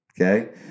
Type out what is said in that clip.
Okay